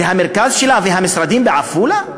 והמרכז שלה והמשרדים בעפולה?